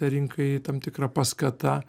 rinkai tam tikra paskata